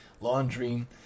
laundry